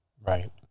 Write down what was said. right